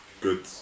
good